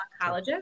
oncologist